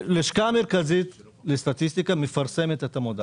לשכה מרכזית לסטטיסטיקה מפרסמת את המודעה.